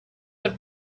per